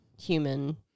human